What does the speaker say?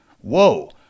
Whoa